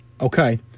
Okay